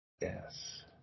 Yes